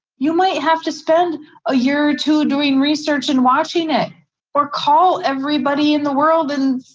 you might have to spend a year or two doing research and watching it or call everybody in the world and,